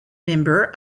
member